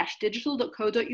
digital.co.uk